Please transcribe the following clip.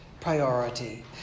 priority